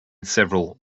several